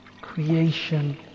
creation